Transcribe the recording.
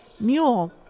Mule